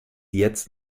jetzt